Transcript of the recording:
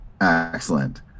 Excellent